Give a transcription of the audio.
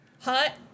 Hot